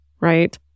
right